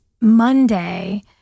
Monday